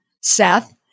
Seth